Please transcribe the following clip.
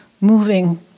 moving